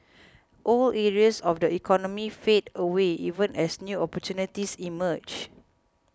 old areas of the economy fade away even as new opportunities emerge